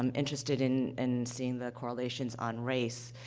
um interested in in seeing the correlations on race,